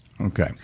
Okay